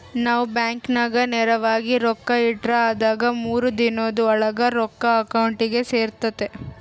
ನಾವು ಬ್ಯಾಂಕಿನಾಗ ನೇರವಾಗಿ ರೊಕ್ಕ ಇಟ್ರ ಅದಾಗಿ ಮೂರು ದಿನುದ್ ಓಳಾಗ ರೊಕ್ಕ ಅಕೌಂಟಿಗೆ ಸೇರ್ತತೆ